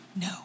No